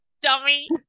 dummy